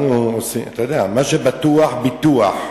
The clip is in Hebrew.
אתה יודע: מה שבטוח ביטוח,